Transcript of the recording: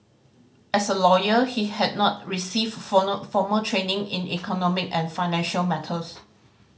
as a lawyer he had not received formal training in economic and financial matters